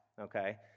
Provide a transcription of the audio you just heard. okay